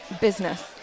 business